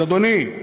אז, אדוני,